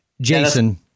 jason